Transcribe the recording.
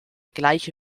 gleiche